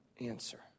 answer